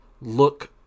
look